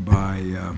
by